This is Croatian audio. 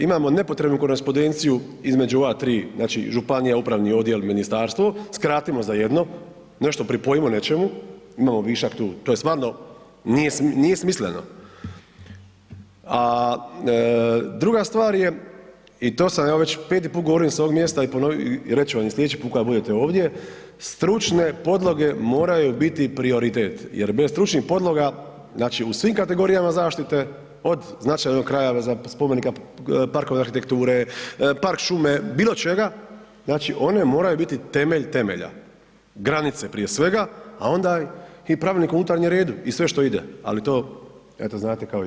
Imamo nepotrebnu korespondenciju između ova tri znači županija, upravni odjel, ministarstvo, skratimo za jedno, nešto pripojimo nečemu, imamo višak tu, to stvarno nije smisleno A druga stvar je i to sam evo već peti put govorim sa ovog mjesta i reći ću vam i sljedeći put kada budete ovdje, stručne podloge moraju biti prioritet jer bez stručnih podloga u svim kategorijama zaštite od značajnog kraja, parkova arhitekture, park šume, bilo čega one moraju biti temelj temelja, granice prije svega, a onda pravilnik o unutarnjem redu i sve što ide, ali to eto znate kao ja.